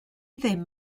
ddim